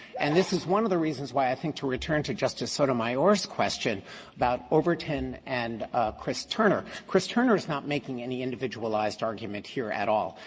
and this is one of the reasons why i think, to return to justice sotomayor's question about overton and chris turner, chris turner is not making any individualized argument here at all.